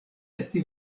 esti